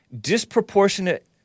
disproportionate